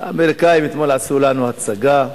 האמריקנים אתמול עשו לנו הצגה.